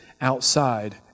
outside